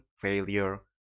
failure